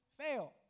fail